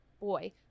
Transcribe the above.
boy